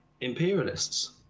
imperialists